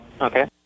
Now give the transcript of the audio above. Okay